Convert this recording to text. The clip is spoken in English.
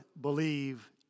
believe